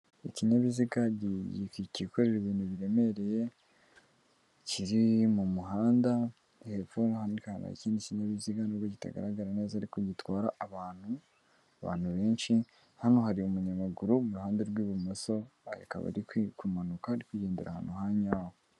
Ikinyabiziga kikorera ibintu biremereye kiri mu muhanda hepfo hari ikindi kinyabiziga n nubwo kitagaragara neza ariko gitwara abantu abantu benshi hano hari umunyamaguru muruhande rw'ibumoso akaba rikwiye kumanuka kwigendera ahantu hanyaho.